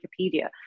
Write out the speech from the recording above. Wikipedia